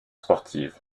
sportive